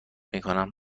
میکنم